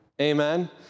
amen